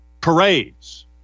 parades